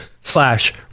slash